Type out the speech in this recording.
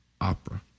Opera